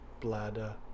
bladder